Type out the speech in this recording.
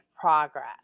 progress